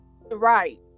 Right